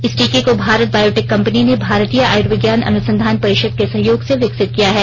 इस टीके को भारत बायोटेक कम्पनी ने भारतीय आयुर्विज्ञान अनुसंधान परिषद के सहयोग से विकसित किया है